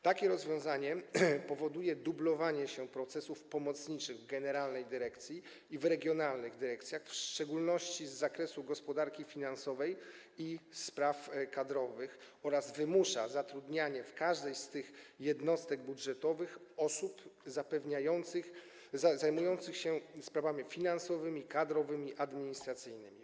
Takie rozwiązanie powoduje dublowanie się procesów pomocniczych w generalnej dyrekcji i w regionalnych dyrekcjach, w szczególności z zakresu gospodarki finansowej i spraw kadrowych, oraz wymusza zatrudnienie w każdej z tych jednostek budżetowych osób zajmujących się sprawami finansowymi, kadrowymi i administracyjnymi.